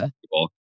people